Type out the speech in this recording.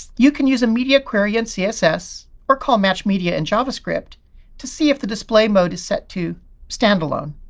you can use a media query and css or call match media in javascript to see if the display mode is set to standalone.